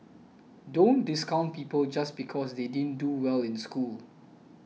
don't discount people just because they didn't do well in school